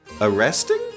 arresting